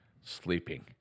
sleeping